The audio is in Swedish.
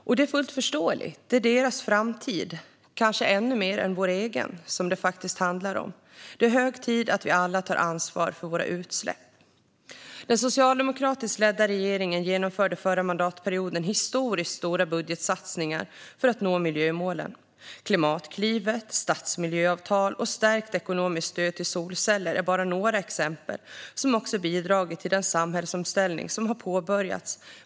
Och det är fullt förståeligt, för det är deras framtid, kanske ännu mer än vår egen, som det faktiskt handlar om. Det är hög tid att vi alla tar ansvar för våra utsläpp. Den socialdemokratiskt ledda regeringen genomförde förra mandatperioden historiskt stora budgetsatsningar för att nå miljömålen. Klimatklivet, stadsmiljöavtal och stärkt ekonomiskt stöd till solceller är bara några exempel som har bidragit till den samhällsomställning som har påbörjats.